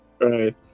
Right